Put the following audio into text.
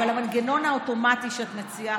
אבל המנגנון האוטומטי שאת מציעה,